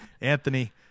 Anthony